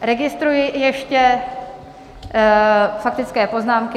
Registruji ještě faktické poznámky.